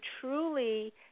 truly